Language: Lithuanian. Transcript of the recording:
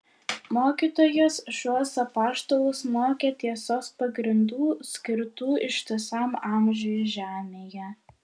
mokytojas šiuos apaštalus mokė tiesos pagrindų skirtų ištisam amžiui žemėje